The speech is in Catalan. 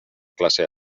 classe